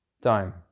Time